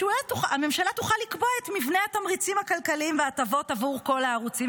הממשלה תוכל לקבוע את מבנה התמריצים הכלכליים וההטבות עבור כל הערוצים,